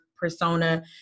persona